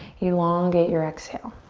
elongate your exhale.